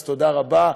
אז תודה רבה,